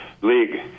league